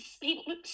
people